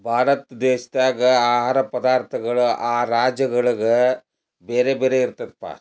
ಭಾರತ ದೇಶದಾಗ ಆಹಾರ ಪದಾರ್ಥಗಳು ಆ ರಾಜ್ಯಗಳ್ಗೆ ಬೇರೆ ಬೇರೆ ಇರ್ತಿರ್ತಾವ